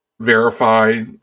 verify